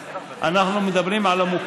אנחנו לא מדברים על הפטור.